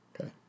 Okay